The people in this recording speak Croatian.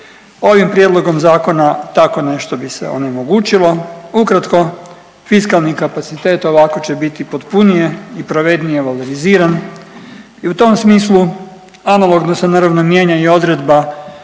Ovim prijedlogom zakona tako nešto bi se onemogućilo. Ukratko fiskalni kapacitet ovako će biti potpunije i pravednije valoriziran i u tom smislu analogno se naravno mijenja i odredba